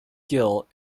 gill